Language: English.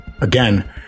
Again